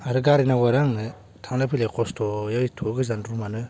आरो गारि नांगौ आरो आंनो थांलाय फैलाय खस्थनो एथ गोजान रुमानो